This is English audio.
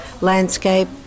landscape